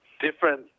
different